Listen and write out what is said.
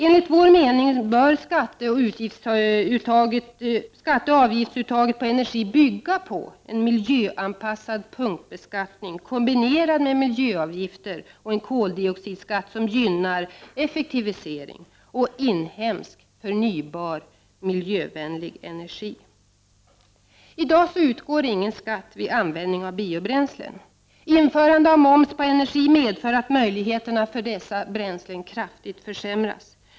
Enligt vår mening bör skatteoch avgiftsuttaget på energi bygga på en miljöanpassad punktbeskattning kombinerad med miljöavgifter och en koldioxidskatt som gynnar effektivisering och inhemsk, förnybar, miljövänlig energi. I dag utgår ingen skatt vid användning av biobränslen. Införande av moms på energi medför att möjligheterna att utveckla dessa bränslen försämras kraftigt.